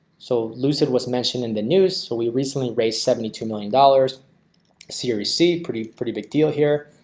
so lucid was mentioned in the news. so we recently raised seventy two million dollars seriesi pretty pretty big deal here.